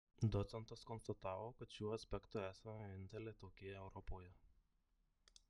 docentas konstatavo kad šiuo aspektu esame vieninteliai tokie europoje